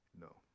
No